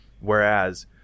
Whereas